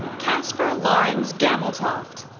kasper lorens gammeltoft,